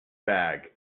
bag